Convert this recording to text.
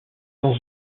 dans